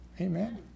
Amen